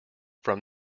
from